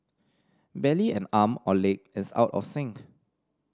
barely an arm or leg is out of sync